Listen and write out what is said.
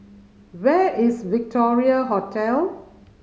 where is Victoria Hotel